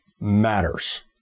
matters